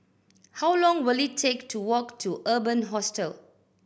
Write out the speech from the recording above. how long will it take to walk to Urban Hostel